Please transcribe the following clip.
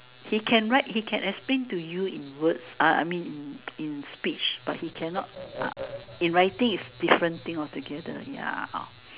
he can write he can explain to you in words I mean in in speech but he cannot in writing is different thing altogether ya